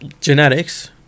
genetics